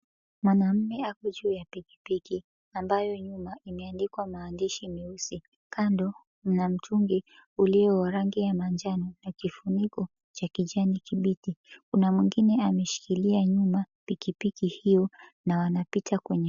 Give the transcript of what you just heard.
Mwanaume ako juu ya pikipiki, ambayo nyuma imeandikwa maandishi meusi. Kando mna mtungi ulio wa rangi ya manjano, na kifuniko cha kijani kibichi. Kuna mwingine ameshikilia nyuma pikipiki hiyo, na wanapita kwenye.